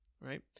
right